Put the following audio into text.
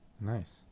Nice